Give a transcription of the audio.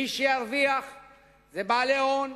מי שירוויח זה בעלי ההון,